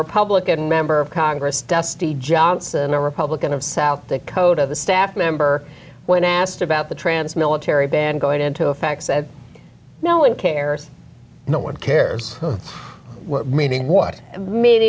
republican member of congress dusty johnson a republican of south dakota the staff member when asked about the trans military ban going into effect said no one cares no one cares what meaning what made